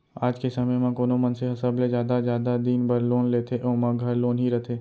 आज के समे म कोनो मनसे ह सबले जादा जादा दिन बर लोन लेथे ओमा घर लोन ही रथे